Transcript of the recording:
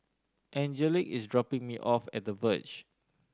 Angelic is dropping me off at The Verge